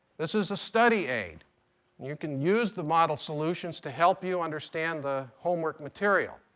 this is a study aid, and you can use the model solutions to help you understand the homework material.